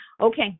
Okay